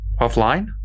Offline